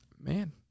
man